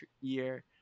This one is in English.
year